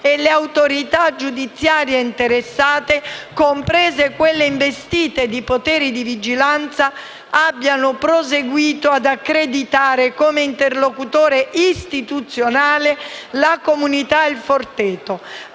e le autorità giudiziarie interessate, comprese quelle investite di poteri di vigilanza, abbiano proseguito ad accreditare come interlocutore istituzionale la comunità Il Forteto,